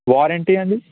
warranty అండి